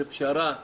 זו פשרה,